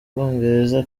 bwongereza